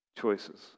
choices